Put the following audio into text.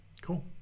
Cool